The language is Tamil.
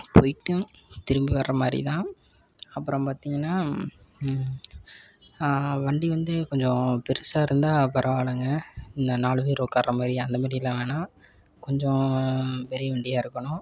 போய்ட்டும் திரும்பி வரமாதிரி தான் அப்புறம் பார்த்திங்கன்னா வண்டி வந்து கொஞ்சம் பெருசாக இருந்தால் பரவாயில்லங்க இந்த நாலு பேர் உட்கார மாதிரி அந்த மாதிரியெல்லாம் வேணாம் கொஞ்சம் பெரிய வண்டியாக இருக்கணும்